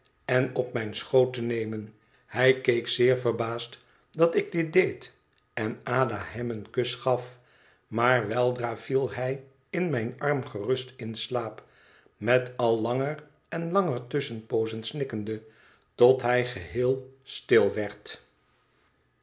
en op mijn schoot te nemen hij keek zeer verbaasd dat ik dit deed en ada hém een kus gaf maar weldra viel hij in mijn arm gerust in slaap met al langer en langer tusschenpoozen snikkende tot hij geheel stil werd